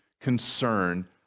concern